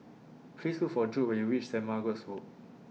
Please Look For Judd when YOU REACH Saint Margaret's Road